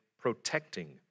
protecting